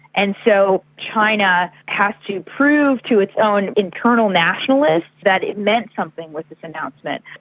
and so china has to prove to its own internal nationalists that it meant something with this announcement.